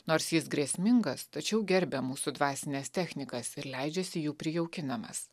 nors jis grėsmingas tačiau gerbia mūsų dvasines technikas ir leidžiasi jų prijaukinamas